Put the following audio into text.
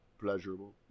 pleasurable